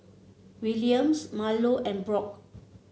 Williams Marlo and Brock